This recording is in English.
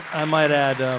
i might add